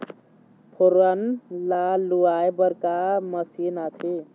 फोरन ला लुआय बर का मशीन आथे?